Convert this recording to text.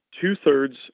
two-thirds